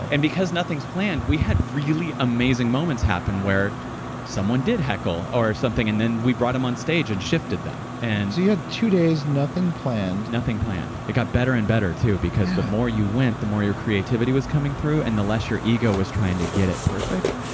and because nothing's planned, we had really amazing moments happen where someone did heckle, or something, and then we brought them on stage and shifted them so you you had two days, nothing planned nothing planned. it got better and better too, because the more you went, the more your creativity was coming through and the less your ego was trying to get it perfect.